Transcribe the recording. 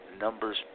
numbers